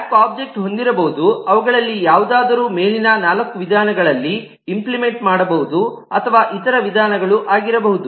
stack object ಹೊಂದಿರಬಹುದು ಅವುಗಳಲ್ಲಿ ಯಾವುದನ್ನಾದರೂ ಮೇಲಿನ 4 ವಿಧಾನಗಳಲ್ಲಿ ಇಂಪ್ಲಿಮೆಂಟ್ ಮಾಡಬಹುದು ಅಥವಾ ಇತರ ವಿಧಾನಗಳೂ ಆಗಿರಬಹುದು